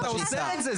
אתה אוסר את זה,